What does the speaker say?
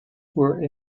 were